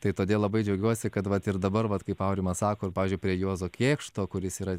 tai todėl labai džiaugiuosi kad vat ir dabar vat kaip aurimas sako pavyzdžiui prie juozo kėkšto kuris yra